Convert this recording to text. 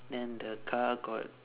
then the car got